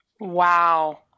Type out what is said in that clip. Wow